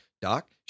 Doc